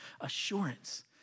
assurance